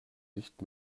nicht